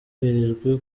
yoherejwe